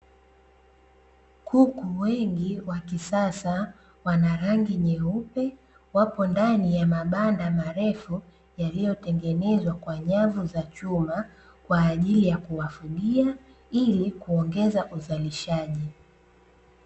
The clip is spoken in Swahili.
Kuku wengi wa kisasa wanarangi nyeupe, wapo ndani ya mabanda marefu, yaliyotengenezwa kwa nyavu za chuma kwa ajili ya kuwafugia, ili kuongeza uzalishaji.